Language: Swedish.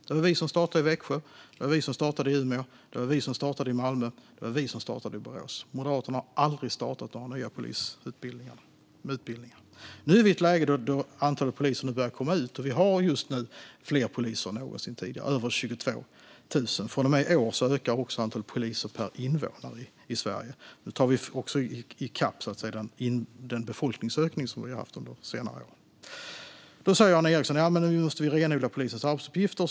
Det var vi som startade utbildning i Växjö, i Umeå, i Malmö och i Borås. Moderaterna har aldrig startat några nya polisutbildningar. Nu är vi i ett läge där poliser börjar komma ut. Vi har just nu fler poliser än någonsin tidigare, över 22 000. Från och med i år ökar också antalet poliser per invånare i Sverige. Nu tar vi också i kapp den befolkningsökning som vi haft på senare år. Jan Ericson säger att vi måste renodla polisens arbetsuppgifter.